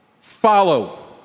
Follow